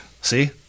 See